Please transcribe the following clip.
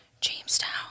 Jamestown